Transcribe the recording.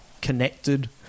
connected